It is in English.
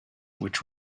which